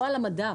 לא על המדף.